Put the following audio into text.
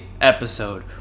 episode